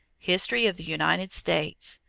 history of the united states,